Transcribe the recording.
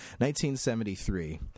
1973